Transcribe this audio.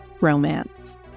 romance